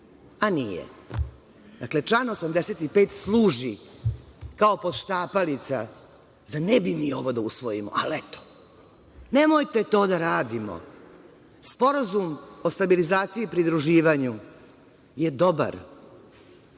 Dakle, član 85. služi kao poštapalica za - ne bi mi ovo da usvojimo, ali eto. Nemojte to da radimo. Sporazum o stabilizaciji i pridruživanju je dobar.